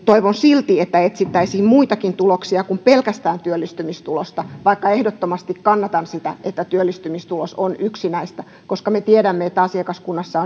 toivon silti että etsittäisiin muitakin tuloksia kuin pelkästään työllistymistulosta vaikka ehdottomasti kannatan sitä että työllistymistulos on yksi näistä koska me tiedämme että asiakaskunnassa